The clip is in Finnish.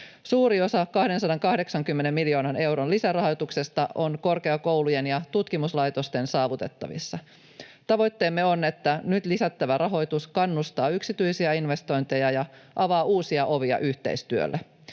Suuri osa 280 miljoonan euron lisärahoituksesta on korkeakoulujen ja tutkimuslaitosten saavutettavissa. Tavoitteemme on, että nyt lisättävä rahoitus kannustaa yksityisiä investointeja ja avaa uusia ovia yhteistyölle.